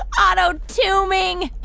auto-tombing.